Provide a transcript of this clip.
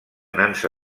nansa